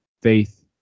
faith